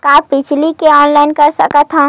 का बिजली के ऑनलाइन कर सकत हव?